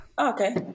Okay